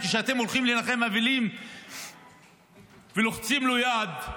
וכשאתם הולכים לנחם אבלים ולוחצים לו יד,